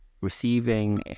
Receiving